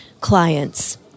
clients